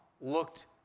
looked